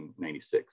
1996